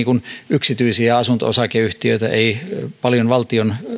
yksityisiä asunto osakeyhtiöitä ei paljon valtion